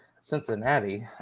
Cincinnati